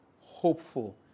hopeful